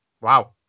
Wow